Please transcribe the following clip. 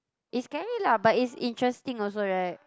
it's scary lah but it's interesting also right